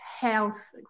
health